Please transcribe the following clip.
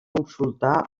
consultar